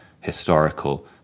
historical